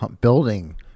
building